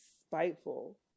spiteful